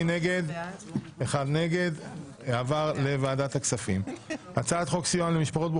אין ההצעה להעביר את הצעת חוק להגדלת שיעור ההשתתפות בכוח